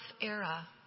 era